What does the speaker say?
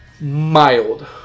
Mild